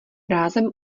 rázem